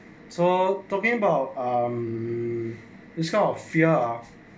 so talking about um this kind of fear of